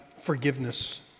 forgiveness